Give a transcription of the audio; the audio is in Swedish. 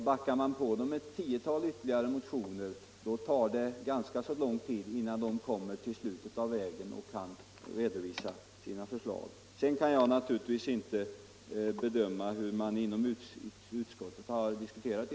Backar vi på dem ytterligare ett tiotal motioner, tar det ganska lång tid innan man kommer till slutet av vägen och kan redovisa sina förslag. Jag kan naturligtvis inte bedöma hur man inom utskottet diskuterat.